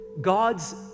God's